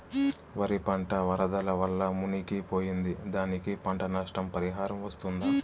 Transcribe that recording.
వరి పంట వరదల వల్ల మునిగి పోయింది, దానికి పంట నష్ట పరిహారం వస్తుందా?